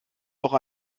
noch